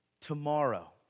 tomorrow